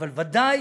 אבל ודאי